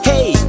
Hey